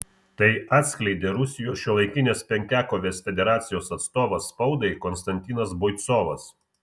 tai atskleidė rusijos šiuolaikinės penkiakovės federacijos atstovas spaudai konstantinas boicovas